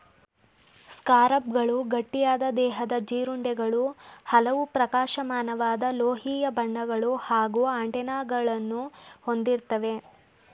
ಸ್ಕಾರಬ್ಗಳು ಗಟ್ಟಿಯಾದ ದೇಹದ ಜೀರುಂಡೆಗಳು ಹಲವು ಪ್ರಕಾಶಮಾನವಾದ ಲೋಹೀಯ ಬಣ್ಣಗಳು ಹಾಗೂ ಆಂಟೆನಾಗಳನ್ನ ಹೊಂದಿರ್ತವೆ